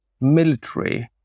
military